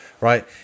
right